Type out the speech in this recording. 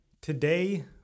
today